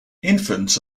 infants